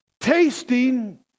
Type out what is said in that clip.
tasting